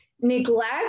neglect